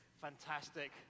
fantastic